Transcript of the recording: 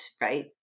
right